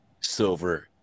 silver